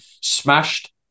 smashed